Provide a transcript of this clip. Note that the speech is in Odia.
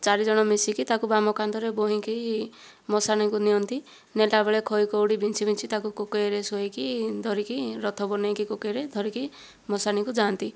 ଚାରିଜଣ ମିଶିକି ତାକୁ ବାମ କାନ୍ଧରେ ବୋହିକି ମଶାଣିକୁ ନିଅନ୍ତି ନେଲା ବେଳେ ଖଇ କଉଡ଼ି ବିଞ୍ଛି ବିଞ୍ଛି ତାକୁ କୋକେଇରେ ଶୋଇକି ଧରିକି ରଥ ବନେଇକି କୋକେଇରେ ଧରିକି ମଶାଣିକୁ ଯାଆନ୍ତି